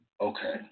Okay